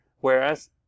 whereas